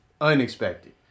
unexpected